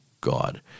God